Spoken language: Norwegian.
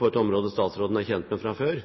på et område statsråden er kjent med fra før: